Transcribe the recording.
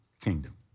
kingdom